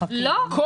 כי